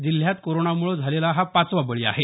जिल्ह्यात कोरोनामुळे झालेला हा पाचवा बळी आहे